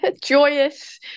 joyous